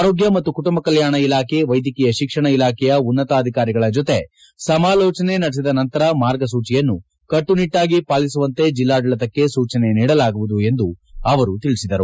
ಆರೋಗ್ಯ ಮತ್ತು ಕುಟುಂಬ ಕಲ್ಕಾಣ ಇಲಾಖೆ ವೈದ್ಯಕೀಯ ಶಿಕ್ಷಣ ಇಲಾಖೆಯ ಉನ್ನತ ಅಧಿಕಾರಿಗಳ ಜತೆ ಸಮಾಲೋಚನೆ ನಡೆಸಿದ ನಂತರ ಮಾರ್ಗಸೂಚಿಯನ್ನು ಕಟ್ಟನಿಟ್ಟಾಗಿ ಪಾಲಿಸುವಂತೆ ಜಿಲ್ಲಾಡಳಿತಕ್ಕೆ ಸೂಚನೆ ನೀಡಲಾಗುವುದು ಎಂದು ಅವರು ತಿಳಿಸಿದರು